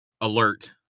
alert